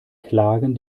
klagen